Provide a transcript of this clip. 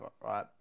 right